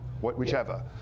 whichever